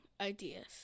ideas